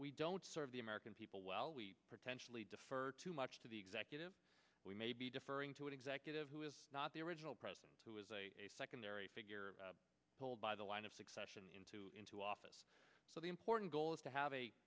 we don't serve the american people well we potentially defer too much to the executive we may be deferring to an executive who is not the original president who is a secondary figure told by the line of succession into into office so the important goal is to have a